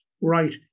Right